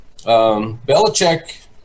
Belichick